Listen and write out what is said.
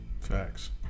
facts